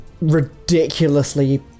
ridiculously